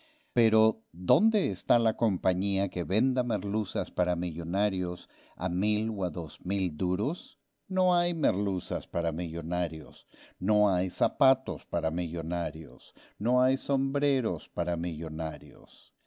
pero dónde está la compañía que venda merluzas para millonarios a mil o a dos mil duros no hay merluzas para millonarios no hay zapatos para millonarios no hay sombreros para millonarios